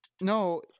No